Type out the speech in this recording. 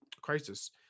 crisis